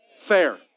Fair